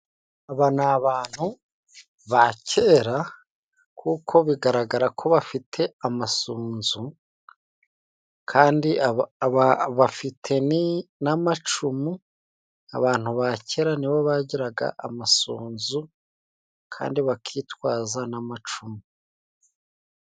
Aba ni abantu ba kera kuko bigaragara ko bafite amasunzu kandi aba...aba... bafite n'amacumu, abantu ba kera nibo bagiraga amasunzu kandi bakitwaza n'amacumu.